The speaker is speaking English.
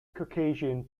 caucasian